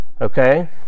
okay